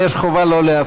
אבל יש חובה לא להפריע.